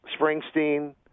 Springsteen